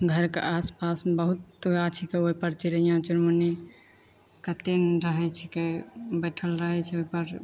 घरके आसपासमे बहुत गाछीके ओहि पर चिड़िआ चुनमुनी कतेक नहि रहैत छिकै बैठल रहैत छै ओहि पर